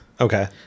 okay